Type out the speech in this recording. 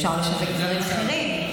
אפשר לשווק דברים אחרים.